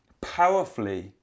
powerfully